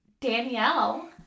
Danielle